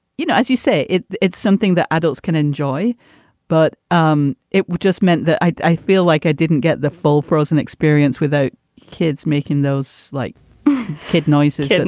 you know, as you say, it's something that adults can enjoy but um it just meant that i feel like i didn't get the full frozen experience without kids making those like kid noises at and